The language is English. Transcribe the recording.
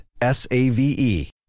S-A-V-E